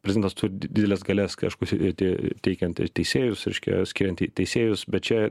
prezidentas turi d dideles galias kai aišku sedėti teikiant ir teisėjus reiškia skiriant į teisėjus bet čia